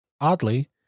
Oddly